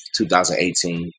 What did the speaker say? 2018